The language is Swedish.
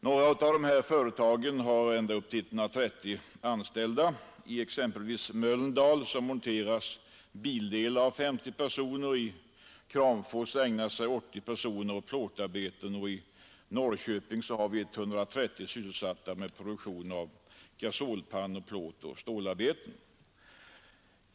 Några företag är större och har upp till 130 anställda. I Mölndal monteras exempelvis bildelar av 50 personer, i Kramfors ägnar sig 80 personer åt bl.a. plåtarbeten, och i Norrköping är 130 personer sysselsatta med produktion av gasolpannor samt plåtoch stålarbeten.